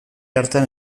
hartan